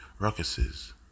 ruckuses